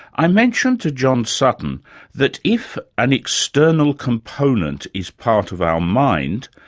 i mentioned to john sutton that if an external component is part of our mind,